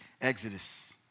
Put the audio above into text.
Exodus